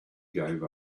gave